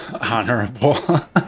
Honorable